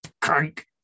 crank